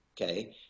okay